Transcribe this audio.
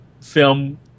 film